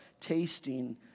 tasting